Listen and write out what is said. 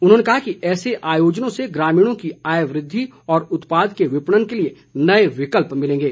उन्होंने कहा कि ऐसे आयोजनों से ग्रामीणों की आय वृद्वि और उत्पाद के विपणन के लिए नए विकल्प मिलेंगे